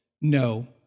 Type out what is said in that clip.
No